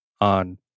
on